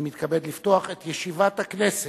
אני מתכבד לפתוח את ישיבת הכנסת.